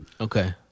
Okay